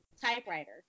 typewriter